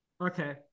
Okay